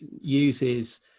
uses